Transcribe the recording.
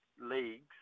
leagues